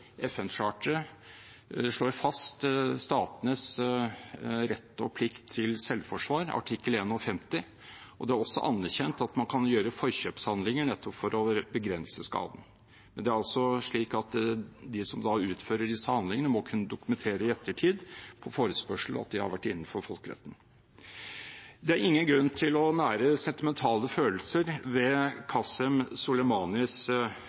slår fast statenes rett og plikt til selvforsvar, og det er også anerkjent at man kan gjøre forkjøpshandlinger nettopp for å begrense skaden, men det er altså slik at de som utfører disse handlingene, må kunne dokumentere i ettertid, på forespørsel, at de har vært innenfor folkeretten. Det er ingen grunn til å nære sentimentale følelser ved